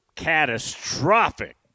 Catastrophic